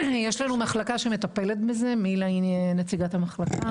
יש לנו מחלקה שמטפלת בזה, מילה היא נציגת המחלקה.